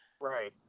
Right